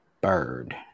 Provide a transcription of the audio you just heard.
Bird